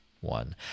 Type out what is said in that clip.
one